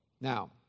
Now